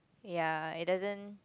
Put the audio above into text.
ya it doesn't